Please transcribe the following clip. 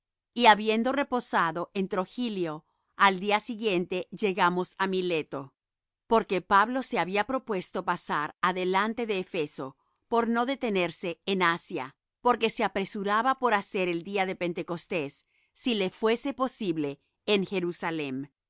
y habiendo reposado en trogilio al día siguiente llegamos á mileto porque pablo se había propuesto pasar adelante de efeso por no deternerse en asia porque se apresuraba por hacer el día de pentecostés si le fuese posible en jerusalem